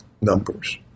numbers